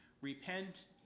Repent